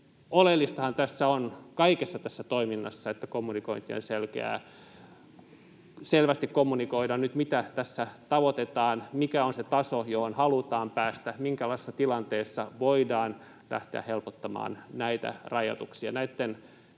Oleellistahan kaikessa tässä toiminnassa on, että kommunikointi on selkeää, selvästi kommunikoidaan nyt siitä, mitä tässä tavoitellaan, mikä on se taso, johon halutaan päästä, minkälaisessa tilanteessa voidaan lähteä helpottamaan näitä rajoituksia. Näitten selkeitten,